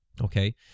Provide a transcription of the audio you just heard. okay